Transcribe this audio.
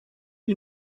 you